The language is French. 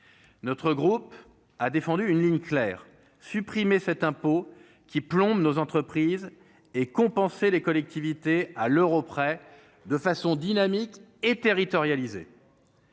notre groupe a défendu une ligne claire supprimer cet impôt qui plombe nos entreprises et compenser les collectivités à l'Euro près de façon dynamique et territorialisées.